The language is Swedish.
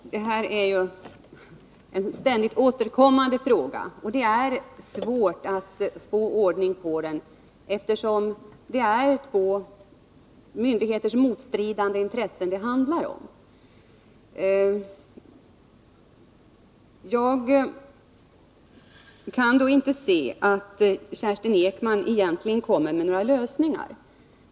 Fru talman! Det här är en ständigt återkommande fråga. Det är svårt att lösa problemet, eftersom det handlar om två myndigheters motstridande intressen. Jag kan inte se att Kerstin Ekman egentligen har några lösningar att föreslå.